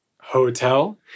hotel